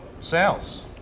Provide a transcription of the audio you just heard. sales